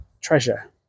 treasure